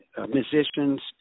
musicians